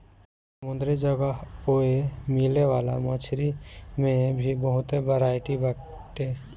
समुंदरी जगह ओए मिले वाला मछरी में भी बहुते बरायटी बाटे